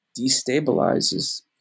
destabilizes